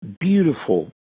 beautiful